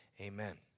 amen